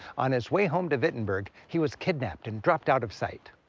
on his way home to wittenberg, he was kidnapped and dropped out of sight.